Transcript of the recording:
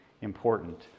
important